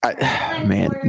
man